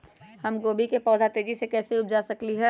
हम गोभी के पौधा तेजी से कैसे उपजा सकली ह?